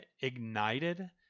ignited